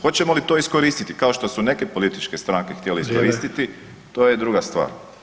Hoćemo li to iskoristiti kao što su neke političke stranke htjele iskoristiti to je druga stvar.